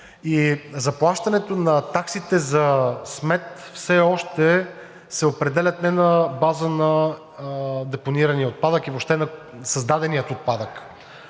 заплащането на таксите за смет все още се определя не на база на депонирания отпадък и въобще на създадения отпадък.